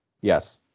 yes